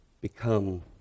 become